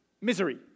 misery